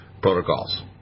protocols